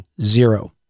zero